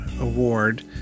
award